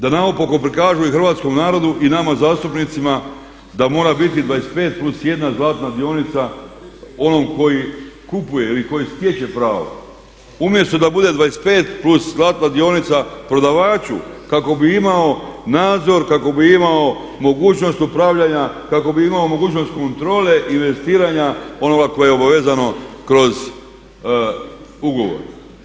Da naopaku prikažu i hrvatskom narodu i nama zastupnicima da mora biti 25 plus 1 zlatna dionica onom koji kupuje ili koji stječe pravo, umjesto da bude 25 plus zlatna dionica prodavaču kako bi imao nadzor, kako bi imao mogućnost upravljanja, kako bi imao mogućnost kontrole investiranja onog tko je obvezan kroz ugovor.